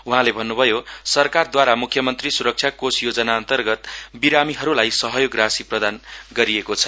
उहाँले भन्न्भयो सरकारदूवारा मुख्यमन्त्री स्रक्षा कोष योजना अन्तर्गत बिरामीहरुलाई सहयोग प्रदान गरिएको छ